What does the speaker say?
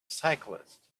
cyclist